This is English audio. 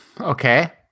Okay